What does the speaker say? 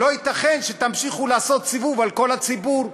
לא ייתכן שתמשיכו לעשות סיבוב על כל הציבור.